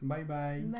Bye-bye